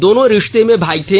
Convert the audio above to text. दोनों रिश्ते में भाई थे